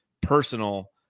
personal